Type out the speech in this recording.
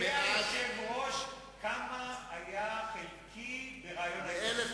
יודע היושב-ראש מה היה חלקי ברעיון ההתנתקות.